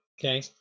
Okay